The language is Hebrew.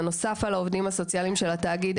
בנוסף על העובדים הסוציאליים של התאגיד,